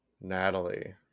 Natalie